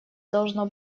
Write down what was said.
должно